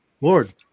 Lord